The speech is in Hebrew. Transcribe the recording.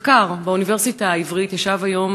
מחקר באוניברסיטה העברית, ישב היום